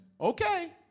Okay